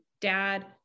dad